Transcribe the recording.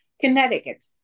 Connecticut